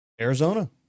Arizona